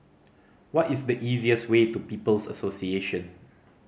what is the easiest way to People's Association